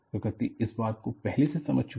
प्रकृति इस बात को पहले ही समझ चुकी है